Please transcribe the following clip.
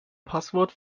passwort